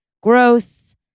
gross